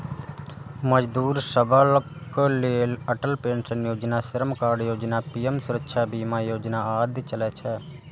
मजदूर सभक लेल अटल पेंशन योजना, श्रम कार्ड योजना, पीएम सुरक्षा बीमा योजना आदि चलै छै